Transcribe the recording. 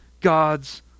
God's